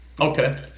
Okay